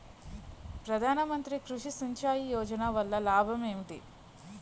ప్రధాన మంత్రి కృషి సించాయి యోజన వల్ల లాభం ఏంటి?